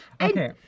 Okay